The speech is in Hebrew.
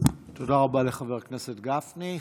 תודה רבה לחבר הכנסת גפני.